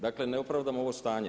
Dakle ne opravdavam ovo stanje.